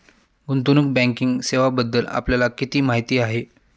गुंतवणूक बँकिंग सेवांबद्दल आपल्याला किती माहिती आहे?